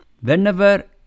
Whenever